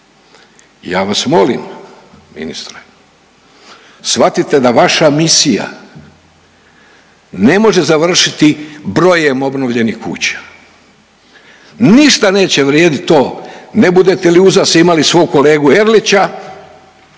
Ja vas molim ministre shvatite da vaša misija ne može završiti brojem obnovljenih kuća. Ništa neće vrijediti to ne budete li uza se imali svog kolegu Erlića,